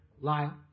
Lyle